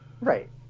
Right